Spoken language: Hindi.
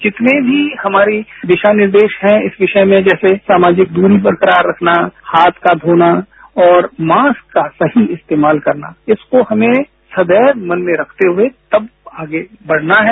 जितने भी हमारे दिशा निर्देश हैं इस विषय में जैसे सामाजिक दूरी बरकरार रखना हाथ का धोना और मास्क का सही इस्तेमाल करना इसको हमें सदैव मन में रखते हुए तब आगे बढ़ना है